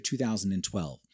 2012